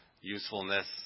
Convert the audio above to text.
usefulness